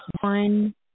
one